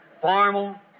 formal